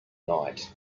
night